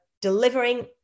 delivering